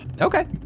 Okay